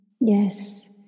yes